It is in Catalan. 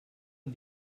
amb